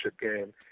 game